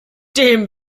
dem